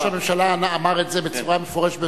ראש הממשלה אמר את זה בצורה המפורשת